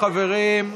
תעזוב, חברים,